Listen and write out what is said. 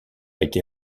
été